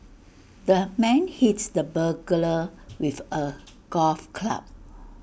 the man hit the burglar with A golf club